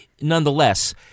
nonetheless